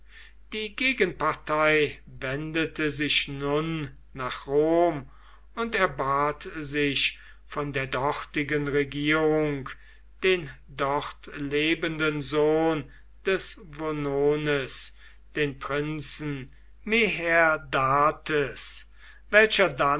die gegenpartei wendete sich nun nach rom und erbat sich von der dortigen regierung den dort lebenden sohn des vonones den prinzen meherdates welcher